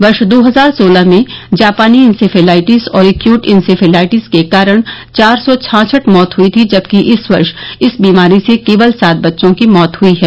वर्ष दो हजार सोलह में जापानी इंसेफेलाइटिस और एक्यूट इंसेफेलाइटिस के कारण चार सौ छाछठ मौत हुयी थी जबकि इस वर्ष इस बीमारी से केवल सात बच्चों की मौत हुयी है